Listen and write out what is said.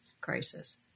crisis